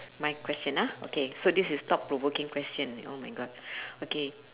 my question ah okay so this is thought provoking question oh my god okay